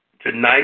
tonight